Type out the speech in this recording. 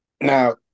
Now